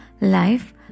Life